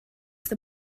the